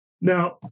Now